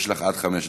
יש לך עד חמש דקות.